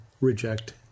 reject